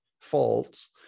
faults